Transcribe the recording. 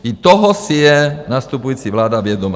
I toho si je nastupující vláda vědoma.